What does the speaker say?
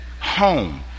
home